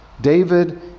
david